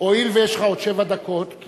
הואיל ויש לך עוד שבע דקות,